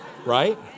Right